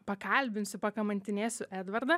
pakalbinsiu pakamantinėsiu edvardą